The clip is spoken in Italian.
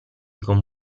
con